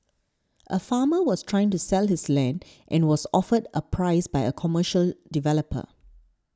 a farmer was trying to sell his land and was offered a price by a commercial developer